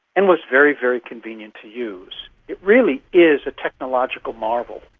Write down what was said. and was very, very convenient to use. it really is a technological marvel.